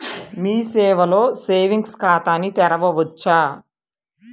మీ సేవలో సేవింగ్స్ ఖాతాను తెరవవచ్చా?